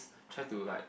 try to like